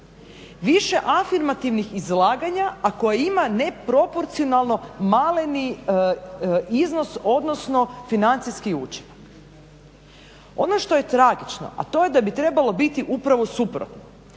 više afirmativnih izlaganja a koje ima neproporcionalno maleni iznos odnosno financijski učinak. Ono što je tragično a to je da bi trebalo biti upravo suprotno